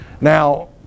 now